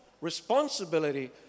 responsibility